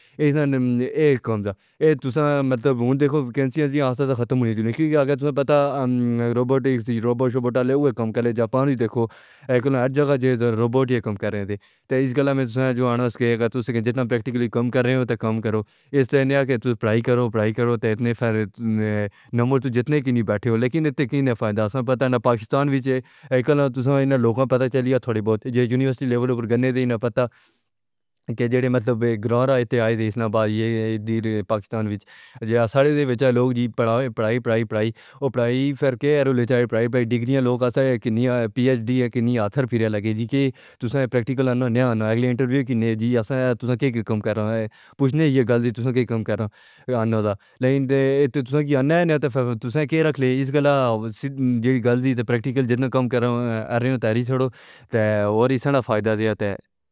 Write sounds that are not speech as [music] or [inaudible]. اے کام دا مطلب ہنڑ دیکھو، ویکنسیاں شنسیاں آسن تے جلدی ختم تھی ویندین کیونکہ آگے تساں پتہ اے. ربورٹ ہی آسی۔ ربوٹ شپوٹ آلے اوہی کام کرنے۔ جاپان وچ دیکھو، اے کوئی نئیں ہر جگہ ہی کام کرنے دے۔ تے اس گلاں وچ تساں جو آکھدے او، اس دا مطلب اے کہ جتنا پریکٹیکل ہووے، اتنا ہی کام کرو۔ ایہ نئیں کہ صرف پڑھائی کرو پڑھائی کرو. نمبر چاہے جتنے وی ہون، لیکن پاکستان وچ اتھے کسے کام نئیں آندے۔ اے گلاں ہن تھوڑے بہت لوکاں پتہ چل گئین۔ یونیورسٹی لیول تے پڑھن والے جاندے نیں کہ جنہاں دا مقصد صرف گراں رکھنا ہووے... پاکستان وچ ساڈے وچارے لوگ بس پڑھاؤ پڑھائی پڑھائی تے پڑھائی تے لگے رہندے نیں۔ ڈگریاں ساڈے کول کتھوں نیں؟ پی ایچ ڈی کتھوں نیں؟ فیر اتھے پھردے نیں۔ تساں کی پریکٹیکل ہو؟ انٹرویو وچ کی دسو گے؟ اساں تے تساں نوں کم کرنا نئیں آندا؟ پچھن گے کہ تساں نوں کم کرنا آندا اے کی نئیں؟ پر جے تساں نوں نئیں آندا، تے فیر کیوں رکھن گے؟ ایہ گلاں سادہ نیں، جتنا پریکٹیکل کم کرو، اتنا ہی فائدہ ہووے گا... تے باقی [unintelligible]